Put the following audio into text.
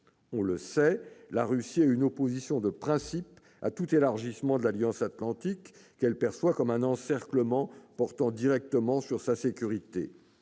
On le sait, la Russie a une opposition de principe à tout élargissement de l'Alliance atlantique, qu'elle perçoit comme un encerclement portant directement atteinte